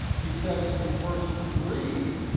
he says in verse three,